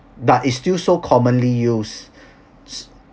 but is still so commonly use